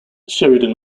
sheridan